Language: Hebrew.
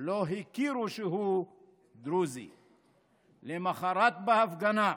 / לא הכירו שהוא דרוזי // למוחרת, בהפגנה,